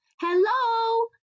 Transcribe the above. hello